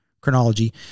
chronology